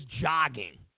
jogging